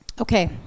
Okay